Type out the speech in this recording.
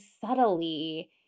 subtly